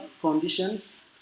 conditions